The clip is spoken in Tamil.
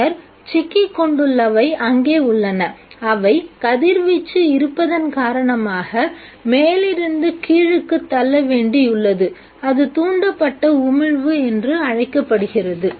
பின்னர் சிக்கிக்கொண்டுள்ளவை அங்கே உள்ளன அவை கதிர்வீச்சு இருப்பதன் காரணமாக மேலிருந்து கீழுக்கு தள்ளவேண்டியுள்ளது அது தூண்டப்பட்ட உமிழ்வு என்று அழைக்கப்படுகிறது